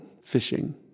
fishing